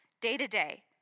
day-to-day